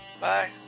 Bye